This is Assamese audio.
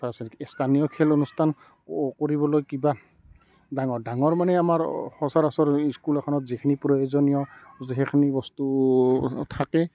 তাৰপিছত স্থানীয় খেল অনুষ্ঠান ক কৰিবলৈ কিবা ডাঙৰ ডাঙৰ মানে আমাৰ সচৰাচৰ স্কুল এখনত যিখিনি প্ৰয়োজনীয় যিখিনি বস্তু থাকে